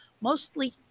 mostly